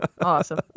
Awesome